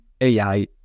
AI